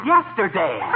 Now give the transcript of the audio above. Yesterday